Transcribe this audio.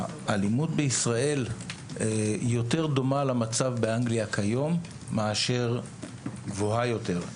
האלימות בישראל יותר דומה למצב באנגליה כיום מאשר גבוהה יותר.